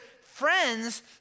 friends